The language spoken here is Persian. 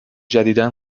جدیدا